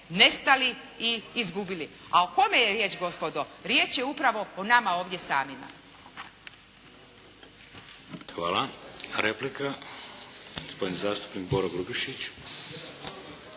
nestali i izgubili. A o kome je riječ gospodo? Riječ je upravo o nama ovdje samima. **Šeks, Vladimir (HDZ)** Hvala. Replika gospodin zastupnik Boro Grubišić.